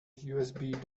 usb